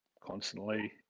constantly